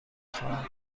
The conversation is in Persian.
خواهم